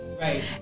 Right